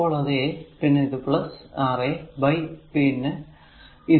അപ്പോൾ അത് a പിന്നെ ഇത് R a ബൈ a ഇത് R a